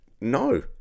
No